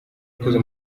akoze